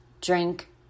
drink